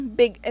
big